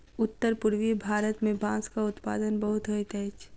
उत्तर पूर्वीय भारत मे बांसक उत्पादन बहुत होइत अछि